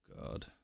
God